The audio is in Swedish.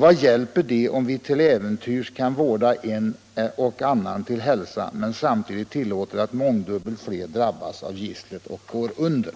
Vad hjälper det om vi till äventyrs kan vårda en och annan till hälsa men samtidigt tillåter att mångdubbelt flera drabbas av gisslet och går under.”